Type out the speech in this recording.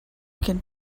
can